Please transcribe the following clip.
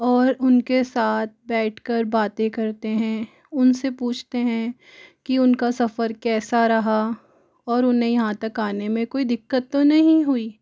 और उनके साथ बैठकर बातें करते हैं उनसे पूछते हैं कि उनका सफ़र कैसा रहा और उन्हें यहाँ तक आने में कोई दिक्कत तो नहीं हुई